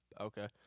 Okay